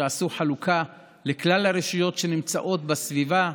שעשו חלוקה לכלל הרשויות שנמצאות בסביבה.